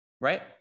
right